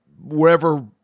wherever